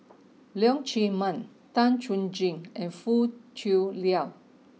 Leong Chee Mun Tan Chuan Jin and Foo Tui Liew